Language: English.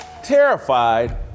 terrified